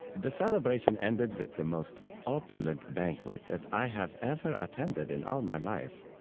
the celebration ended with the most opulent banquet that i have ever attended in all my life.